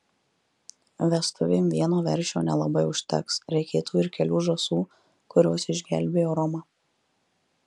vestuvėm vieno veršio nelabai užteks reikėtų ir kelių žąsų kurios išgelbėjo romą